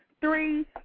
Three